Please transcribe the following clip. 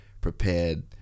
prepared